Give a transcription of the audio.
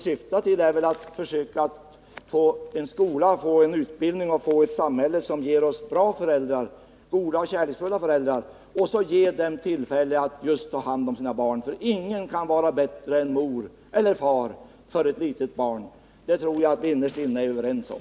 Vad vi borde syfta till är väl att försöka få en skola, en utbildning och ett samhälle som ger oss goda och kärleksfulla föräldrar och att sedan ge dem möjlighet att ta hand om sina barn. Ingen kan vara bättre än mor eller far för ett litet barn. Det tror jag att vi innerst inne är överens om.